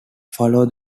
follow